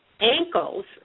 ankles